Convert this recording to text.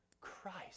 Christ